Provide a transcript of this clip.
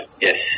yes